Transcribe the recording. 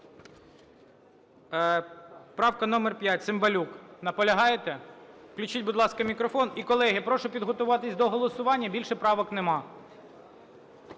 Правка номер 5, Цимбалюк. Наполягаєте? Включіть, будь ласка, мікрофон. І, колеги. Прошу підготуватись до голосування, більше правок нема.